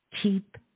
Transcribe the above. Keep